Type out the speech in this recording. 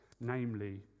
namely